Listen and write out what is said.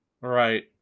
Right